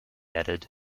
added